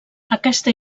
aquesta